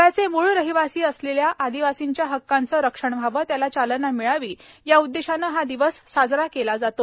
जगाचे मूळ रहिवासी असलेल्या आदिवासींच्या हक्कांचं रक्षण व्हावं त्याला चालना मिळावी या उद्देशानं हा दिवस साजरा केला जातो